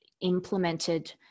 implemented